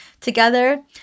Together